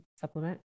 supplement